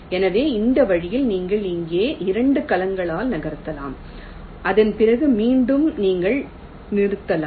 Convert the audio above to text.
எனவே இந்த வழியில் நீங்கள் இங்கே 2 கலங்களால் நகர்த்தலாம் அதன்பிறகு மீண்டும் நீங்கள் நிறுத்தலாம்